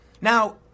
Now